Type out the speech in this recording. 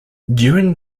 during